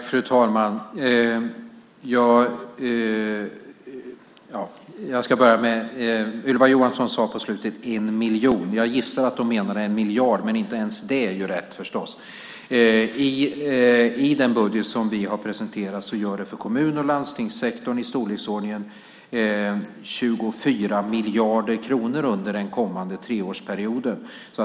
Fru talman! Ylva Johansson sade på slutet "1 miljon". Jag gissar att hon menade 1 miljard, men inte ens det är rätt, förstås. Den budget som vi har presenterat ger för kommun och landstingssektorn i storleksordningen 24 miljarder kronor under den kommande treårsperioden.